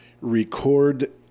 record